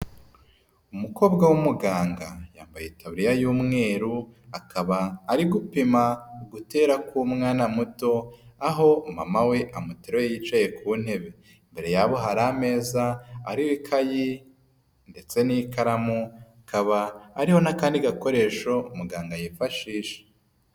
Umukobwa w'umuganga yambaye itaburiya y'umweru, akaba ari gupima ugutera k'umwana muto, aho mama we amuteruye yicaye ku ntebe. Imbere yabo hari ameza ariho ikayi ndetse n'ikaramu, hakaba hariho n'akandi gakoresho muganga yifashisha.